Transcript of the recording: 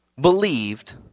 believed